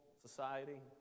society